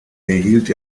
erhielt